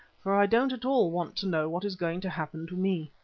for i don't at all want to know what is going to happen to me.